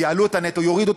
יעלות את הנטו,